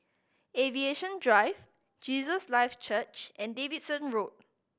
Aviation Drive Jesus Lives Church and Davidson Road